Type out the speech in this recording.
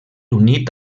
unit